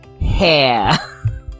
hair